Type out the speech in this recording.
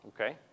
okay